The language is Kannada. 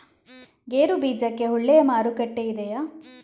ಗೇರು ಬೀಜಕ್ಕೆ ಒಳ್ಳೆಯ ಮಾರುಕಟ್ಟೆ ಇದೆಯೇ?